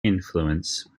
influence